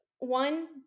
One